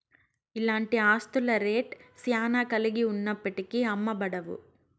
ఇలాంటి ఆస్తుల రేట్ శ్యానా కలిగి ఉన్నప్పటికీ అమ్మబడవు